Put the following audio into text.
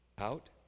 Out